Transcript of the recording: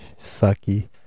sucky